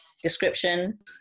description